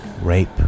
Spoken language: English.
Rape